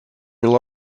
will